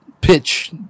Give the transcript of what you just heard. pitch